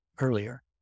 earlier